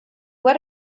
what